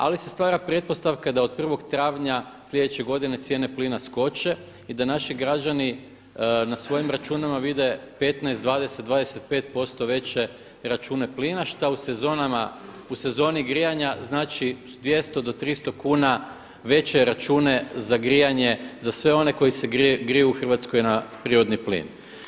Ali se stvara pretpostavka da od prvog travnja sljedeće godine cijene plina skoče i da naši građani na svojim računima vide 15, 20, 25% veće račune plina što u sezoni grijanja znači 200 do 300 kuna veće račune za grijanje za sve one koji se griju u Hrvatskoj na prirodni plin.